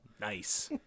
nice